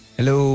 Hello